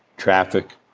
traffic.